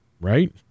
Right